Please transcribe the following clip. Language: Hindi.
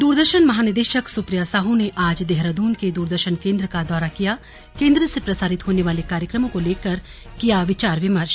द्रदर्शन महानिदेशक सुप्रिया साहू ने आज देहरादून के दूरदर्शन केंद्र का दौरा कियाकेंद्र से प्रसारित होने वाले कार्यक्रमों को लेकर किया विचार विमर्श